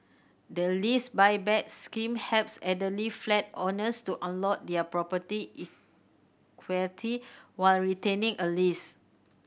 the Lease Buyback Scheme helps elderly flat owners to unlock their property equity while retaining a lease